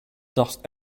dust